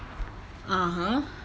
(uh huh)